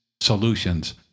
solutions